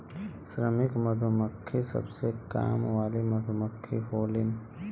श्रमिक मधुमक्खी सबसे काम वाली मधुमक्खी होलीन